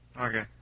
Okay